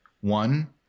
One